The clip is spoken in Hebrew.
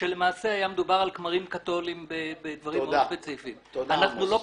כשלמעשה היה מדובר על כמרים קתוליים בדברים ספציפיים מאוד.